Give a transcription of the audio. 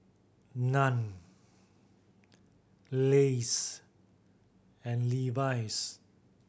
Nan Lays and Levi's